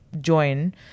join